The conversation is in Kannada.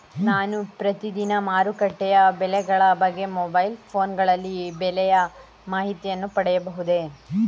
ನಾನು ಪ್ರತಿದಿನ ಮಾರುಕಟ್ಟೆಯ ಬೆಲೆಗಳ ಬಗ್ಗೆ ಮೊಬೈಲ್ ಫೋನ್ ಗಳಲ್ಲಿ ಬೆಲೆಯ ಮಾಹಿತಿಯನ್ನು ಪಡೆಯಬಹುದೇ?